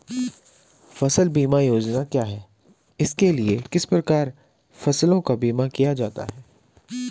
फ़सल बीमा योजना क्या है इसके लिए किस प्रकार फसलों का बीमा किया जाता है?